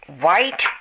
White